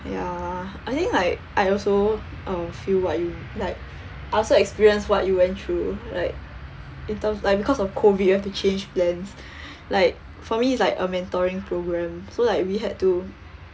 ya I think like I also uh feel what you like I also experienced what you went through like in terms like because of COVID you have to change plans like for me is like a mentoring programme so like we had to